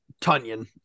Tunyon